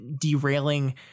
derailing